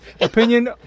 Opinion